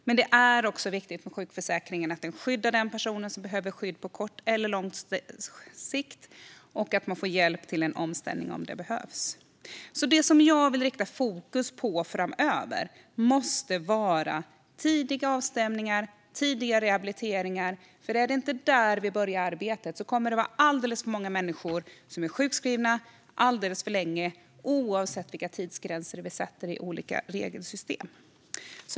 Men det är också viktigt att sjukförsäkringen skyddar den person som behöver skydd på kort eller lång sikt och att man får hjälp till en omställning om det behövs. Det som jag vill rikta fokus på framöver är att det måste vara tidiga avstämningar och tidiga rehabiliteringar, för om det inte är där arbetet börjar kommer det att vara alldeles för många människor som är sjukskrivna alldeles för länge, oavsett vilka tidsgränser vi sätter i olika regelsystem.